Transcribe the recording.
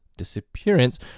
disappearance